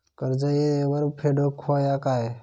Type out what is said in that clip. कर्ज येळेवर फेडूक होया काय?